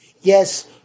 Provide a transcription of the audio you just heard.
Yes